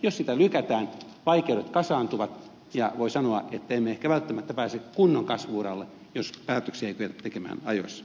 jos sitä lykätään vaikeudet kasaantuvat ja voi sanoa että emme ehkä välttämättä pääse kunnon kasvu uralle jos päätöksiä ei kyetä tekemään ajoissa